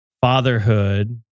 fatherhood